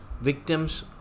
victims